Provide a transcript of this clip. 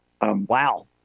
Wow